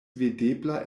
videbla